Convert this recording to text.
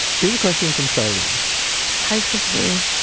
here's a question from charlene hi, sabine.